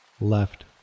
Left